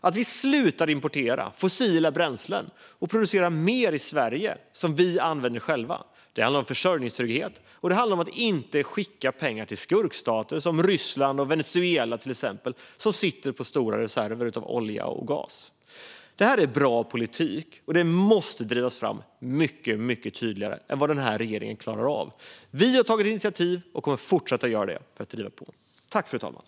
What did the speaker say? Att vi slutar importera fossila bränslen och börjar producera mer i Sverige som vi använder själva handlar om försörjningstrygghet och om att inte skicka pengar till skurkstater som Ryssland och Venezuela, som sitter på stora reserver av olja och gas. Det här är bra politik. Det måste drivas fram mycket tydligare än den här regeringen klarar av. Vi har tagit initiativ och kommer att fortsätta göra det för att driva på.